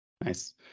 Nice